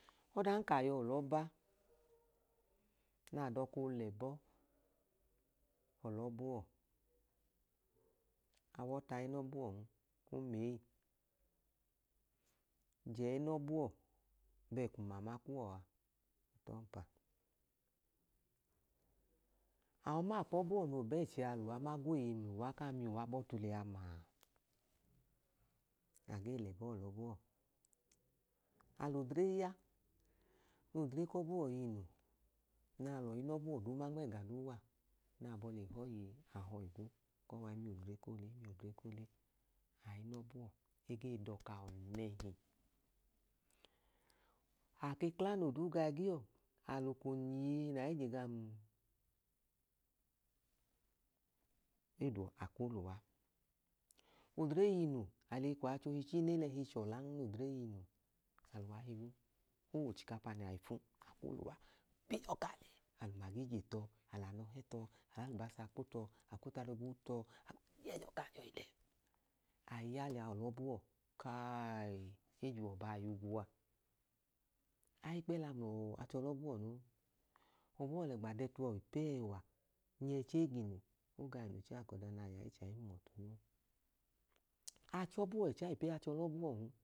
Ọdanka a yọ ọlẹ ọba, na dọka oolẹ ẹbọ ọlẹ ọba uwọ, a wọtu ayinẹ ọba uwọn, o ma ee. Je ẹnẹ ọba uwọ bẹẹka umama kuwọ a. Aọmapu ọba uwọ noo ba ẹchẹ a, miyẹ uwa ba ọtu ku aa gweeye mla uwa kaa miyẹ uwa bọtu liya maala. A gee lẹ ẹbọ ọlẹ ọba uwọ. A lẹ odre ya, nẹ odre ku ọba uwọ yọ inu, nẹ a lẹ ọyinẹ ọba uwa ma nma ẹga duuma, nẹ abọ le hẹ ọọ iye, a hi ọọ igwu koo wa i miyẹ odre koo le. E gee dọka awọ nẹhi. A ke kla nẹ oduu ga ẹgiyuwọ, a lẹ ukwọ ogwiye nẹ a i je gam? Ng gee da uwọ ka a kwu lẹ uwa. Odre yọ inu, a lẹ eyi kwu achẹ ohi chii, nẹ odre yọ inu, a hi uwa igwu, o wẹ ochikapa nẹ a le fu lẹ uwa. E dọka, a lẹ umagi je tọ, a lẹ anọ hẹ tọ, a lẹ alubasa kpo tọ, a kwu utarugwu i tọ, a kwu yẹhi gaa le le. A i ya liya ọlẹ ọba uwọ, kayii, e je uwọ ba ayugwu a. A hii ya ikpẹla mla achẹ ọlẹ ọba uwọ noo. Ọba uwọ lẹ ẹgba dẹ tuwọ ipeyi ẹwa, nyẹ chee ga inu, o ga inu kaa da ọọ ka ọda na ya ichẹ a, o hum ọtu noo. A cha ọba uwọ ẹcha ipeyi achẹ ọlẹ ọba uwọ noo.